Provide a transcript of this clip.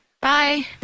Bye